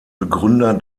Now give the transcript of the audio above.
begründer